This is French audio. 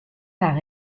par